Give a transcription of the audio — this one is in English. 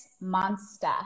Monster